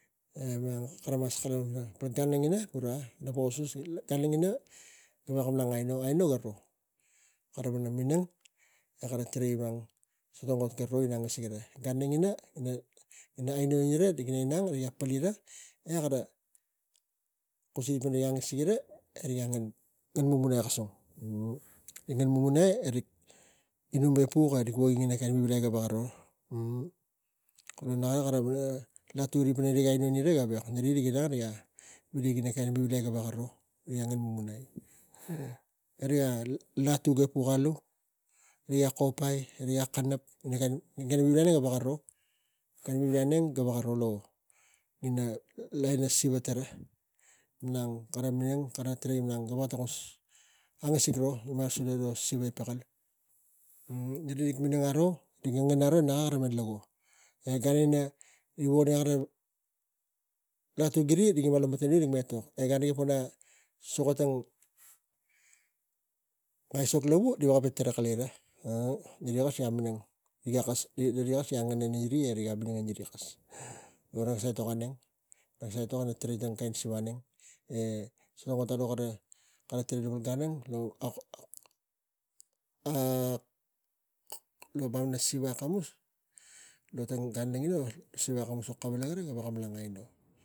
E mem kava mas kalapang pana pal gan langina gura po kuskus na gaveko kalapang malang aino garo kara kalapang minang e kara me tarai so tang ot garo ina gan ara langina ina aino ira rik inang e rik tapuk e ne gara kusi pana gi angasig ira ina riga ngen tang mumunai kasung ina mumunai e rik inum e pok e ina vivilai gaveko ro. Kula nak kara veko latui iri ina riga veko an ira veko vili ina vivilai gaveko ro garo miga ngen mumunai e riga la tuagi alu rik kot ai kara minang gaveko ro e nek auneng gaveko ro ina lain ina siva tara malang kara ngen inang kara veko tokon angasik lava rik minang aro e nakara me minang e gan ina wogi kara wog rik ima lo matara kara lui e gara riga pona suka tang ot ang aisok lavu nga vko tapuk sura kara inang e kara. Rik kes ri ga ngeni ri pok e riga gara sa tok auneng, nak sa etok auneng e lo siva auneng e so tang ot ira kara tarai kula pan ganang lo main ta siva akamus lo tang gani a ngina gaveko suk kavala sura kavala lo malang aino. E mem mas kalapang pana lo gan angina.